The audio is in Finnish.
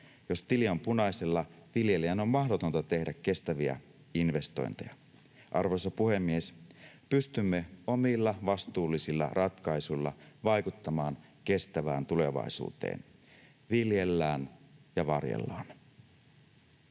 Jos tili on punaisella, viljelijän on mahdotonta tehdä kestäviä investointeja. Arvoisa puhemies! Pystymme omilla vastuullisilla ratkaisuillamme vaikuttamaan kestävään tulevaisuuteen. Viljellään ja varjellaan.